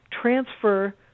transfer